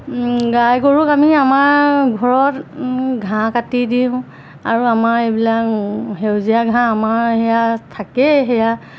গাই গৰুক আমি আমাৰ ঘৰত ঘাঁহ কাটি দিওঁ আৰু আমাৰ এইবিলাক সেউজীয়া ঘাঁহ আমাৰ সেয়া থাকেই সেয়া